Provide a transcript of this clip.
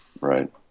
Right